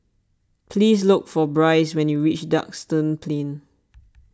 please look for Brice when you reach Duxton Plain